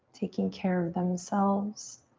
taking care of themselves.